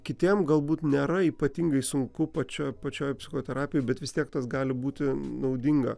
kitiem galbūt nėra ypatingai sunku pačioj apačioj psichoterapijoj bet vis tiek tas gali būti naudinga